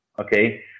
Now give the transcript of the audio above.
Okay